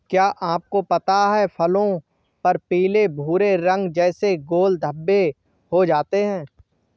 क्या आपको पता है फलों पर पीले भूरे रंग जैसे गोल धब्बे हो जाते हैं?